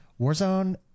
warzone